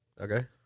okay